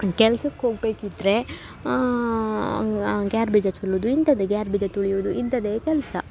ಕೆಲ್ಸಕ್ಕೆ ಹೋಗಬೇಕಿದ್ರೆ ಗೇರ್ಬೀಜ ಚೊಲೋದು ಇಂಥದ್ದೇ ಗೇರ್ಬೀಜ ತುಳಿಯುವುದು ಇಂಥದ್ದೇ ಕೆಲಸ